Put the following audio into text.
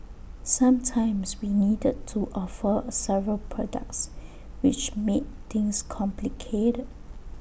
sometimes we needed to offer several products which made things complicated